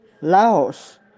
Laos